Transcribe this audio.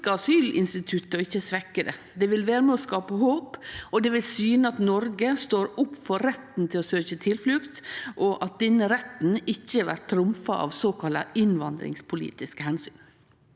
ikkje svekkje det. Det vil vere med på skape håp, det vil syne at Noreg står opp for retten til å søkje tilflukt, og at denne retten ikkje blir trumfa av såkalla innvandringspolitiske omsyn.